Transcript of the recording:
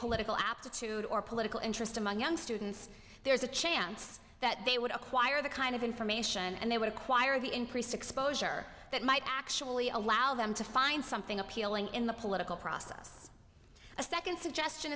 political aptitude or political interest among young students there is a chance that they would acquire the kind of information and they were acquired the increased exposure that might actually allow them to find something appealing in the political process a second suggestion